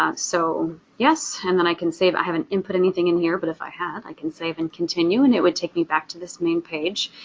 ah so yes, and then i can save. i haven't input anything in here, but if i had, i can save and continue and it would take me back to this main page.